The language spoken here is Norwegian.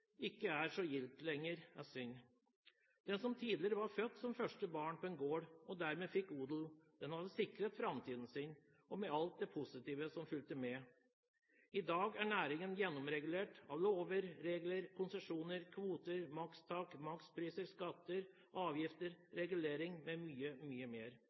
ikke er så gildt lenger, er synd. Den som tidligere var født som første barn på en gård, og dermed fikk odel, hadde sikret framtiden sin med alt det positive som fulgte med. I dag er næringen gjennomregulert av lover, regler, konsesjoner, kvoter, makstak, makspriser, skatter, avgifter, reguleringer m.m. Utgiftene har økt mer